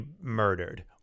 murdered